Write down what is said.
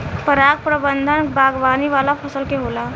पराग प्रबंधन बागवानी वाला फसल के होला